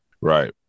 Right